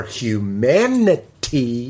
humanity